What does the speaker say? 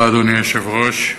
אדוני היושב-ראש,